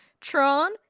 Tron